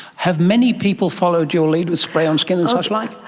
have many people followed your lead with spray-on skin and suchlike?